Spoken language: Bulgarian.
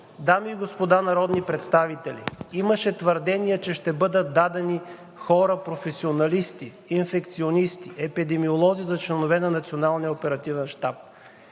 Дами и господа народни представители! Имаше твърдение, че ще бъдат дадени хора професионалисти – инфекционисти, епидемиолози, за членове на